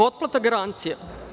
Otplata garancija.